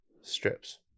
strips